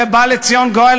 ובא לציון גואל,